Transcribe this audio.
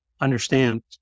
understand